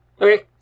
Okay